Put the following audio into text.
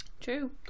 True